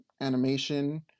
animation